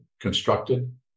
constructed